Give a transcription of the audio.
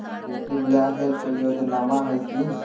बेटी ब्याह ले कोई योजनमा हय की?